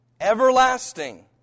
everlasting